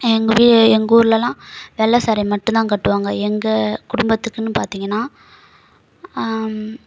எங்கள் வீ எங்கூர்லெலாம் வெள்ளை ஸாரி மட்டும்தான் கட்டுவாங்க எங்கள் குடும்பத்துக்குன்னு பார்த்தீங்கன்னா